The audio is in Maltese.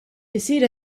isir